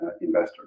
investors